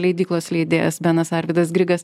leidyklos leidėjas benas arvydas grigas